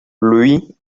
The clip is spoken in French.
lui